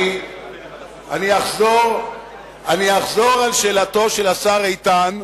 בהסכם הזה כתוב, אני אחזור על שאלתו של השר איתן.